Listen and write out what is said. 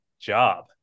job